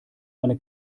eine